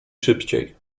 szybciej